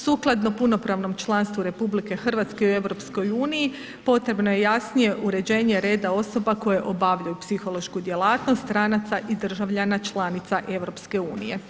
Sukladno punopravnom članstvu RH u EU-i, potrebno je jasnije uređenje reda osoba koje obavljaju psihološku djelatnost stranaca i državljana članica EU.